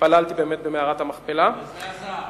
והתפללתי במערת המכפלה, וזה עזר.